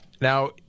Now